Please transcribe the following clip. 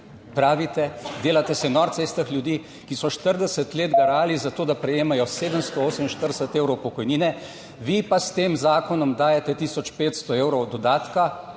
pravite, delate se norca iz teh ljudi, ki so 40 let garali za to, da prejemajo 748 evrov pokojnine. Vi pa jim s tem zakonom dajete 1500 evrov dodatka